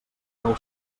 nou